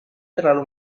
terlalu